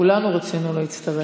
כולנו רצינו להצטרף.